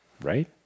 Right